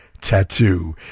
Tattoo